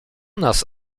nas